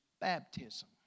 baptism